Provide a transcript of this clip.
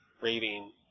rating